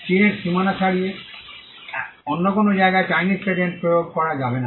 চীনের সীমানা ছাড়িয়ে অন্য কোনও জায়গায় চাইনিজ পেটেন্ট প্রয়োগ করা যাবে না